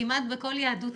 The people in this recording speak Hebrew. כמעט בכל יהדות תימן,